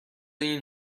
این